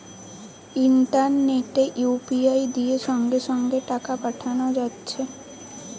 ইন্টারনেটে ইউ.পি.আই দিয়ে সঙ্গে সঙ্গে টাকা পাঠানা যাচ্ছে